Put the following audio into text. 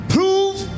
Prove